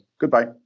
Goodbye